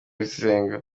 rusengo